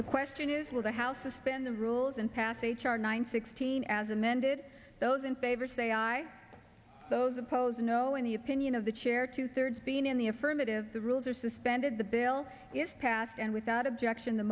the question is will the house suspend the rules and pass h r nine sixteen as amended those in favor say aye those opposed no in the opinion of the chair two thirds being in the affirmative the rules are suspended the bill is passed and without objection the